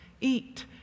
eat